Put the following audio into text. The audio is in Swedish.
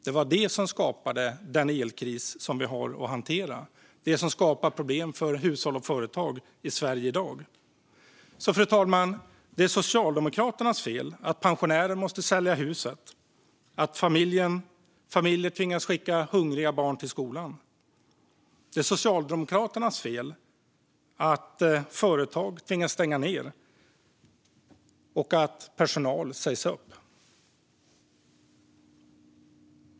Det var det som skapade den elkris som vi har att hantera och som skapar problem för hushåll och företag i Sverige i dag. Fru talman! Det är Socialdemokraternas fel att pensionären måste sälja huset och att familjer tvingas skicka hungriga barn till skolan. Det är Socialdemokraternas fel att företag tvingas stänga ned och att personal sägs upp.